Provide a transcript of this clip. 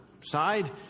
side